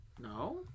no